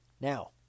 Now